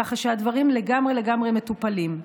ככה שהדברים לגמרי לגמרי מטופלים.